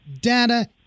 data